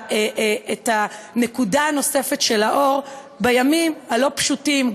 את הנקודה הנוספת של האור בימים הלא-פשוטים,